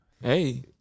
Hey